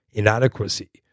inadequacy